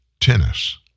tennis